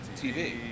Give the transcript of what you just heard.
TV